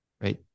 right